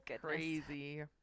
crazy